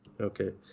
Okay